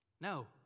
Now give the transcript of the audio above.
No